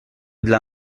dla